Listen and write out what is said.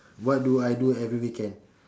what do I do every weekend